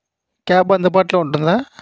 cab అందుబాటులో ఉంటుందా